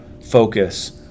focus